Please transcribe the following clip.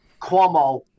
Cuomo